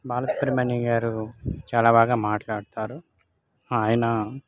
బాలసుబ్రమణ్యం గారు చాలా బాగా మాట్లాడతారు ఆయన